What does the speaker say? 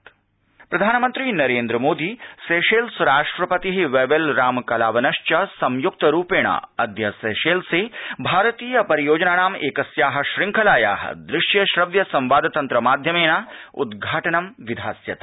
प्रधानमन्त्री सेशेल्स् प्रधानमन्त्री नरेन्द्र मोदी सेशेल्स् राष्ट्रपतिः वैवेल रामकलावनश्च संयुक्त रूपेण अद्य सेशेल्से भारतीय परियोजनानाम् एकस्याः शंखलायाः दृश्य श्रव्य संवाद तन्त्र माध्यमेन उद्घाटनं विधास्यतः